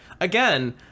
again